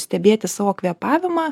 stebėti savo kvėpavimą